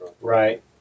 Right